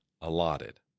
allotted